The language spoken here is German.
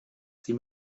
sie